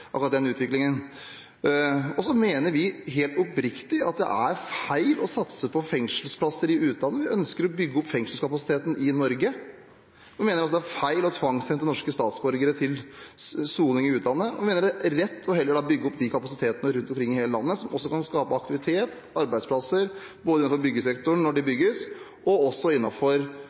resultat, og den utviklingen ønsker jeg skal fortsette. Vi mener helt oppriktig at det er feil å satse på fengselsplasser i utlandet. Vi ønsker å bygge opp fengselskapasiteten i Norge. Vi mener det er feil å tvangssende norske statsborgere til soning i utlandet, og mener det er rett heller å bygge opp kapasitet rundt omkring i hele landet, noe som kan skape aktivitet og arbeidsplasser, både innenfor byggesektoren når det bygges, og